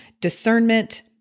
discernment